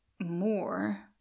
more